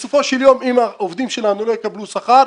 בסופו של יום אם העובדים שלנו לא יקבלו שכר,